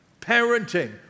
Parenting